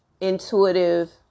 intuitive